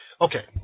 okay